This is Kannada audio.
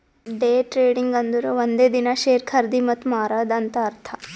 ಡೇ ಟ್ರೇಡಿಂಗ್ ಅಂದುರ್ ಒಂದೇ ದಿನಾ ಶೇರ್ ಖರ್ದಿ ಮತ್ತ ಮಾರಾದ್ ಅಂತ್ ಅರ್ಥಾ